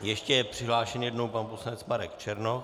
Ještě je přihlášen jednou pan poslanec Marek Černoch.